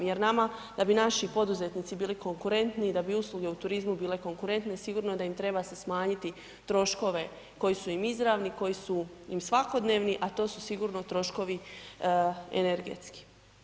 Jer nama da bi naši poduzetnici bili konkurentniji i da bi usluge u turizmu bile konkurentne sigurno da im treba se smanjiti troškove koji su im izravni, koji su im svakodnevni a to su sigurno troškovi energetski.